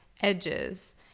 edges